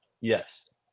Yes